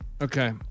Okay